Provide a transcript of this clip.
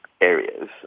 areas